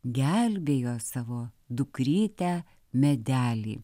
gelbėjo savo dukrytę medelį